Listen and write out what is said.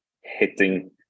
hitting